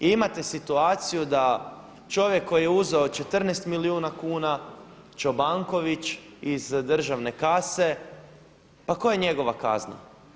I imate situaciju da čovjek koji je uzeo 14 milijuna kuna Čobanković iz državne kase pa koja je njevova kazna?